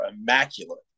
immaculate